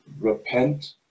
repent